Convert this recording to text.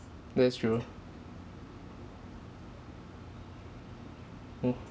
that's true mm